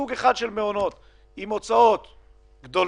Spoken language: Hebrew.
סוג אחד של מעונות עם הוצאות גדולות,